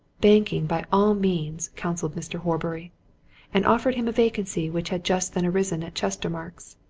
banking, by all means, counselled mr. horbury and offered him a vacancy which had just then arisen at chestermarke's.